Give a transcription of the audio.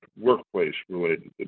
workplace-related